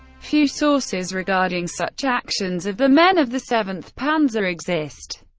few sources regarding such actions of the men of the seventh panzer exist.